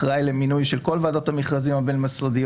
אחראי למינוי של כל ועדות המכרזים הבין-משרדיות,